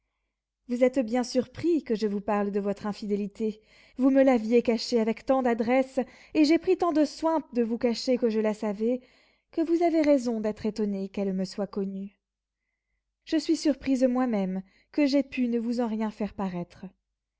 vous êtes bien surpris que je vous parle de votre infidélité vous me l'aviez cachée avec tant d'adresse et j'ai pris tant de soin de vous cacher que je la savais que vous avez raison d'être étonné qu'elle me soit connue je suis surprise moi-même que j'aie pu ne vous en rien faire paraître